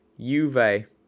juve